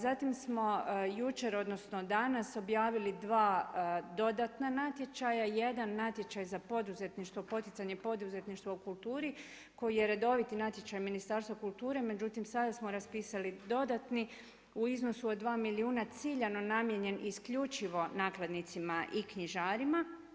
Zatim smo jučer odnosno danas objavili dva dodatna natječaja, jedan natječaj za poduzetništvo, poticanje poduzetništva u kulturi koji je redoviti natječaj Ministarstva kulture, međutim sada smo raspisali dodatni u iznosu od dva milijuna ciljano namijenjen isključivo nakladnicima i knjižarima.